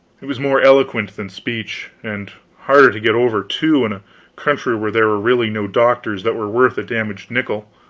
was more eloquent than speech. and harder to get over, too, in a country where there were really no doctors that were worth a damaged nickel.